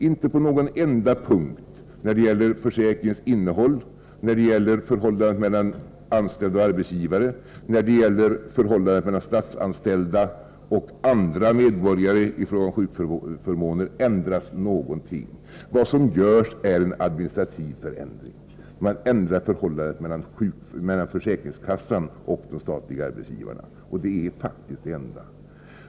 Inte på en enda punkt när det gäller försäkringens innehåll, när det gäller förhållandet mellan anställd och arbetsgivare och när det gäller förhållandet mellan statsanställda och andra medborgare i fråga om sjukförmåner ändras någonting. Vad som görs är en administrativ förändring. Man ändrar förhållandet mellan försäkringskassan och de statliga arbetsgivarna. Det är faktiskt det enda.